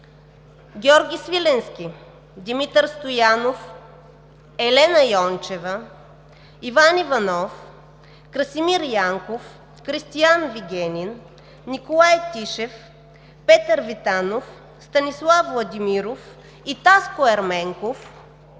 Георги Свиленски, Димитър Стоянов, Елена Йончева, Иван Иванов, Красимир Янков, Кристиан Вигенин, Николай Тишев, Петър Витанов, Станислав Владимиров и Таско Ерменков